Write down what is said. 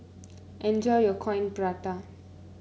enjoy your Coin Prata